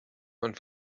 und